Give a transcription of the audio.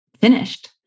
finished